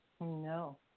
no